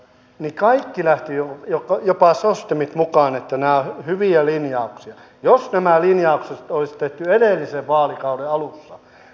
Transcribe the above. nyt kaikki lähtee joka jo paasosta vain nyt enää hyviä linja jos nämä linjaukset toistettiin valtiovalta antaa mahdollisuuden